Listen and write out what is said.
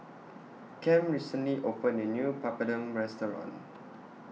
Cam recently opened A New Papadum Restaurant